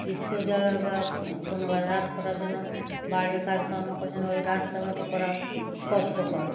school চলা বা কোনো বাজার হাট করার জন্য বাড়ির কাজকর্ম করার জন্য ওই রাস্তাঘাট করা কষ্টকর